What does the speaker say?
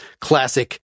classic